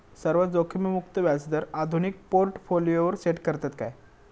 सर्व जोखीममुक्त व्याजदर आधुनिक पोर्टफोलियोवर सेट करतत काय?